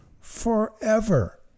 forever